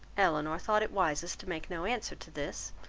elinor thought it wisest to make no answer to this,